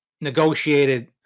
negotiated